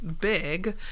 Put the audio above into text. big